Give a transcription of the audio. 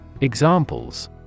Examples